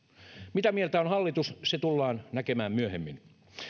mitä mieltä on hallitus se tullaan näkemään myöhemmin myöskin